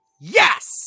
Yes